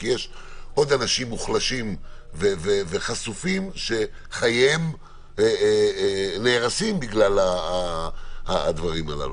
כי יש עוד אנשים מוחלשים וחשופים שחייהם נהרסים בגלל הדברים הללו,